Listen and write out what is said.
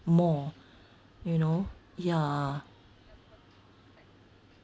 more you know ya